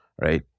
Right